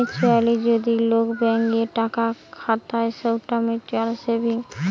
mutually যদি লোক bank এ টাকা খাতায় সৌটা মিউচুয়াল সেভিংস